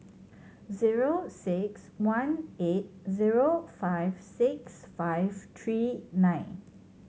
zero six one eight zero five six five three nine